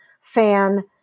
fan